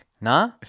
nah